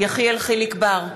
יחיאל חיליק בר,